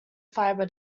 fiber